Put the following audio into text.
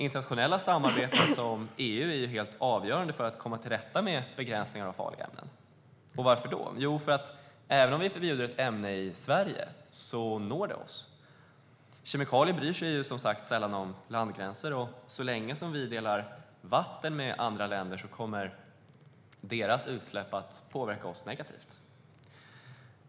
Internationella samarbeten som EU är helt avgörande för att komma till rätta med begränsningar av farliga ämnen. Varför? Jo, för att även om vi förbjuder ett ämne i Sverige når det oss. Kemikalier bryr sig sällan om landgränser. Så länge vi delar vatten med andra länder kommer deras utsläpp att påverka oss negativt.